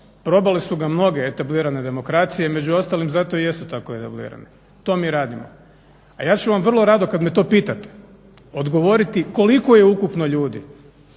Probale su ga mnoge etablirane demokracije, među ostalim zato i jesu tako evolvirani. To mi radimo. A ja ću vam vrlo rado kad me to pitate odgovoriti koliko je ukupno ljudi,